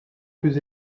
plus